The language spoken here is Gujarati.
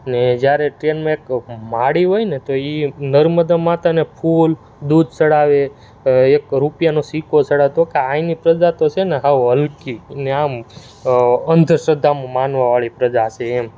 ને જ્યારે ટ્રેનમાં એક માડી હોય ને તો એ નર્મદા માતાને ફૂલ દૂધ ચડાવે એક રૂપિયાનો સિક્કો ચડાવે તો કહે અહીંની પ્રજા તો છે ને સાવ હલકી ને આમ અંધશ્રદ્ધામાં માનવાવાળી પ્રજા છે એમ